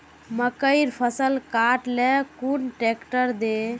मकईर फसल काट ले कुन ट्रेक्टर दे?